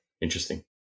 Interesting